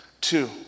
Two